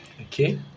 okay